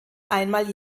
einmal